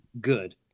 good